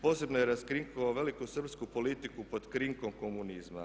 Posebno je raskrinkao velikosrpsku politiku pod krinkom komunizma.